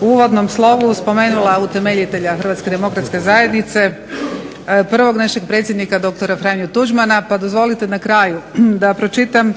u uvodnom slovu spomenula utemeljitelja HDZ-a prvog našeg predsjednika dr. Franju Tuđmana pa dozvolite na kraju da pročitam